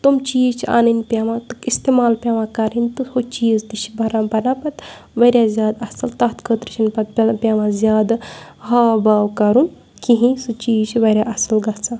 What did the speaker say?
تِم چیٖز چھِ اَنٕنۍ پیٚوان تہٕ اِستعمال پیٚوان کَرٕنۍ تہٕ ہُہ چیٖز تہِ چھِ بَران بَنان پَتہٕ واریاہ زیادٕ اصٕل تَتھ خٲطرٕ چھِنہٕ پَتہٕ پیٚوان زیادٕ ہاو باو کَرُن کِہیٖنۍ سُہ چیٖز چھِ واریاہ اصٕل گَژھان